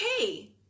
okay